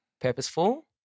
purposeful